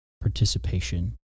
participation